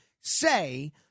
say